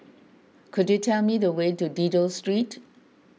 could you tell me the way to Dido Street